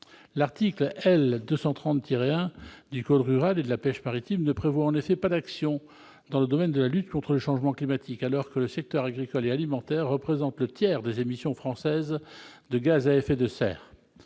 L'article L. 230-1 du code rural et de la pêche maritime ne prévoit en effet aucune action dans le domaine de la lutte contre le changement climatique, alors que le secteur agricole et alimentaire représente le tiers des émissions françaises de gaz à effet de serre.